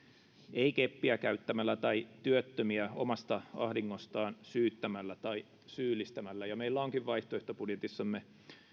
ei keppiä käyttämällä tai työttömiä omasta ahdingostaan syyttämällä tai syyllistämällä ja meillä onkin vaihtoehtobudjetissamme